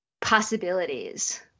possibilities